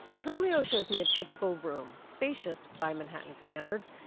truglio shows me a typical room, spacious by manhattan standards.